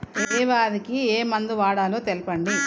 ఏ వ్యాధి కి ఏ మందు వాడాలో తెల్పండి?